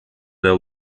their